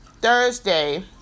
Thursday